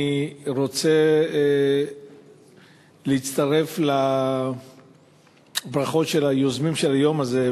אני רוצה להצטרף לברכות ליוזמים של היום הזה,